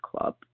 club